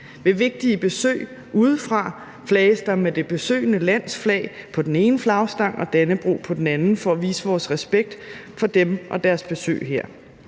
Ved vigtige besøg udefra flages der med det besøgende lands flag på den ene flagstang og Dannebrog på den anden for at vise vores respekt for dem og deres besøg her.